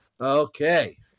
Okay